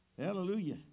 Hallelujah